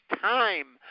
time